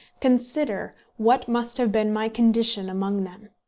consider what must have been my condition among them,